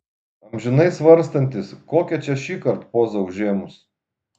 amžinai svarstantys kokią čia šįkart pozą užėmus